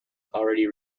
already